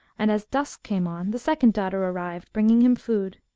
and as dusk came on, the second daughter arrived, bringing him food.